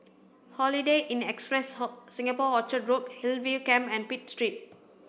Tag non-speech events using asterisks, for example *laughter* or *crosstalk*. Holiday Inn Express *unintelligible* Singapore Orchard Road Hillview Camp and Pitt Street